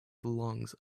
lungs